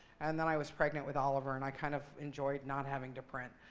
and then, i was pregnant with oliver. and i kind of enjoyed not having to print.